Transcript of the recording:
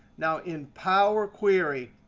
now, in power query,